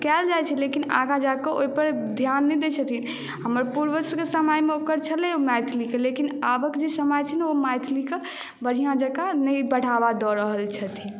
कयल जाइत छै लेकिन आगाँ जाकऽ ओहि पर ध्यान नहि दै छथिन हमर पुर्वज सभकेँ समयमे छलैया मैथिलीके लेकिन आबक जे समय छै ओ मैथिलीकेँ बढ़िऑं जकाँ नहि बढ़ावा दऽ रहल छथिन